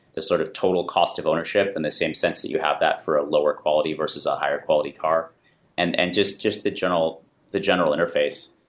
the sort of total cost of ownership in and the same sense that you have that for a lower quality versus a higher quality car and and just just the general the general interface.